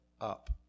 up